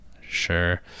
Sure